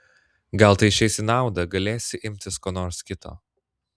gal tai išeis į naudą galėsi imtis ko nors kito